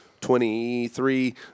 23